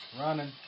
Running